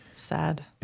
Sad